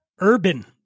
urban